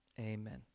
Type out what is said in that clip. amen